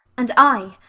and i,